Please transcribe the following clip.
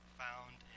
found